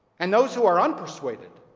and those who are unpersuaded,